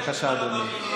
בבקשה, אדוני.